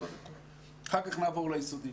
אחר כך נעבור ליסודי.